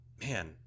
Man